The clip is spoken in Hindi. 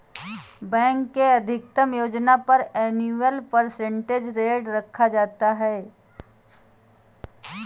बैंक के अधिकतम योजना पर एनुअल परसेंटेज रेट रखा जाता है